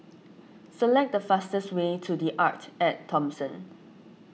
select the fastest way to the Arte at Thomson